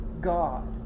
God